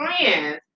friends